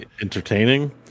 entertaining